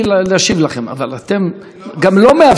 אבל אתם לא מאפשרים לה,